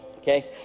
Okay